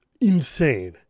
insane